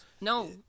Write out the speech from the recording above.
No